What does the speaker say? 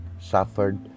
suffered